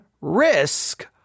risk